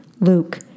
Luke